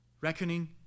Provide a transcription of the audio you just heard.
reckoning